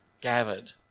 gathered